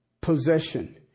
possession